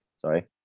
Sorry